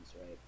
right